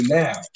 now